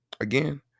Again